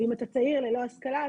ואם אתה צעיר וללא השכלה,